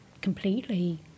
completely